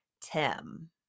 Tim